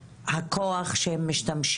או גבר או ילד שנפגע.